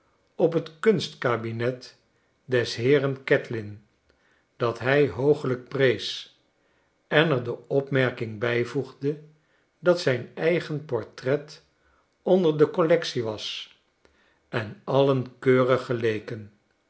op het kunstkabinet des heeren catlin dat hij hoogelijk prees en er de opmerking bijvoegde dat zijn eigen portret onder de collectie was en alien keurig b geleken